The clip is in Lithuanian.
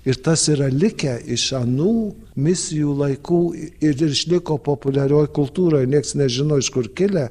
ir tas yra likę iš anų misijų laikų ir išliko populiarioj kultūroj nieks nežino iš kur kilę